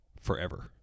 forever